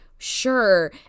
Sure